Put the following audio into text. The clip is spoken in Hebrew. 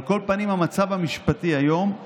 על כל פנים, המצב המשפטי היום: